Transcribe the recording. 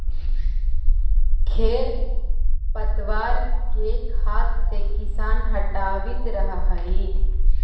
खेर पतवार के हाथ से किसान हटावित रहऽ हई